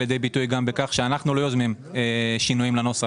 לידי ביטוי גם בכך שאנחנו לא יוזמים שינויים לנוסח.